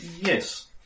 Yes